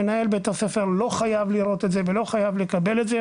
מנהל בית הספר לא חייב לראות את זה ולא חייב לקבל את זה.